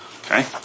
Okay